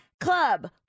club